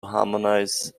harmonize